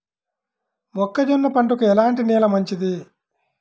మొక్క జొన్న పంటకు ఎలాంటి నేల మంచిది?